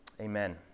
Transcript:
Amen